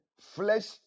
flesh